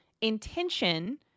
intention